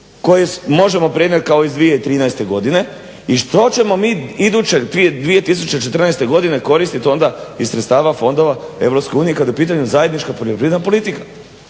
koji možemo prenijet kao iz 2013. godine i što će mi iduće 2014. godine koristit onda iz sredstava fondova Europske unije kad je u pitanju zajednička poljoprivredna politika.